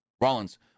Rollins